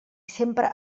sempre